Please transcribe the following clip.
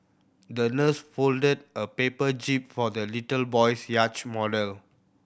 the nurse folded a paper jib for the little boy's yacht model